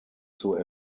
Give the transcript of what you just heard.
zur